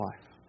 life